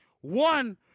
One